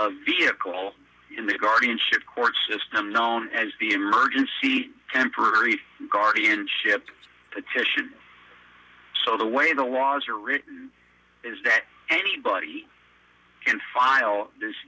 vehicle in the guardianship court system known as the emergency in temporary guardianship petition so the way the laws are written is that anybody can file th